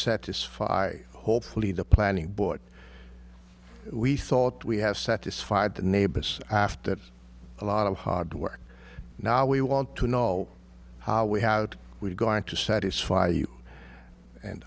satisfy hopefully the planning board we thought we have satisfied the neighbors after a lot of hard work now we want to know how we had we're going to satisfy you and